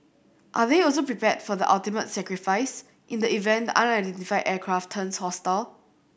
are they also prepared for the ultimate sacrifice in the event the unidentified aircraft turns hostile